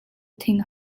thing